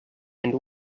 and